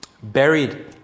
Buried